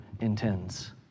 intends